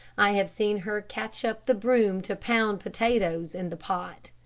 i have seen her catch up the broom to pound potatoes in the pot.